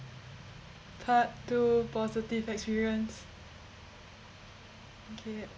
part two positive experience okay